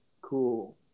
cool